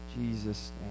Jesus